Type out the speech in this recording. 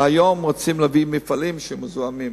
והיום רוצים להביא מפעלים מזהמים.